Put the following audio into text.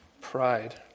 pride